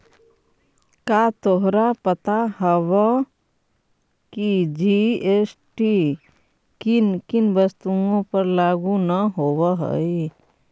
का तोहरा पता हवअ की जी.एस.टी किन किन वस्तुओं पर लागू न होवअ हई